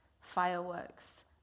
fireworks